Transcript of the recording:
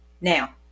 Now